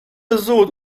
زود